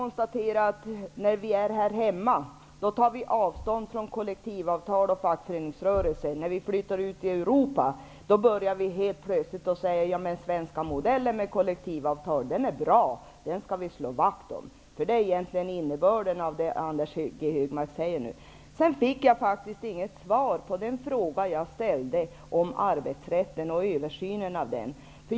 När vi är här hemma tar vi avstånd från kollektivavtal och fackföreningsrörelser. När vi flyttar ut i Europa börjar vi helt plötsligt att säga att den svenska modellen med kollektivavtal är bra. Den skall vi slå vakt om. Det är egentligen innebörden i det Anders G Högmark säger. Sedan fick jag faktiskt inget svar på den fråga jag ställde om arbetsrätten och översynen av den.